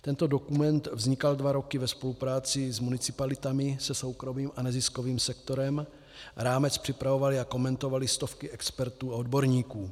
Tento dokument vznikal dva roky ve spolupráci s municipalitami, se soukromým a neziskovým sektorem, rámec připravovaly a komentovaly stovky expertů a odborníků.